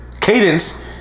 Cadence